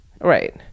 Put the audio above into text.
right